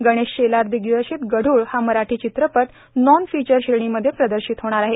गणेश शेलार दिग्दर्शीत गढूळ हा मराठी चित्रपट नॉन फिचर श्रेणीमध्ये प्रदर्शीत होणार आहे